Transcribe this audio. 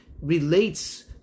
relates